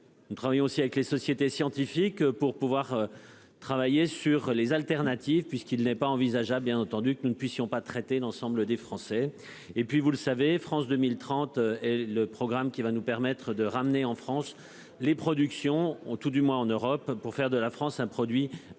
Nous travaillons aussi avec les sociétés scientifiques pour pouvoir. Travailler sur les alternatives puisqu'il n'est pas envisageable. Bien entendu que nous ne puissions pas traiter l'ensemble des Français et puis vous le savez, France 2030 et le programme qui va nous permettre de ramener en France les productions ont tout du moins en Europe pour faire de la France un produit, un